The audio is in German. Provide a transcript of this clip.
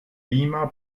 beamer